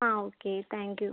ആ okay thank you